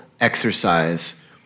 exercise